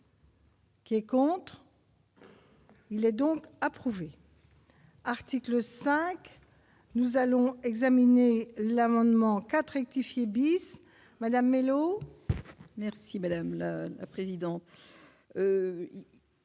Qui contre. Il est donc approuvé. Article 5, nous allons examiner l'amendement 4 rectifier bis Madame Mellow. Merci madame la présidente.